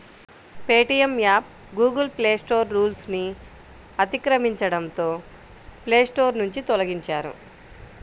Paytm app Google play store రూల్స్ను అతిక్రమించడంతో play store నుంచి తొలగించారు